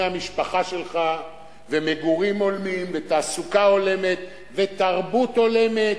המשפחה שלך ומגורים הולמים ותעסוקה הולמת ותרבות הולמת,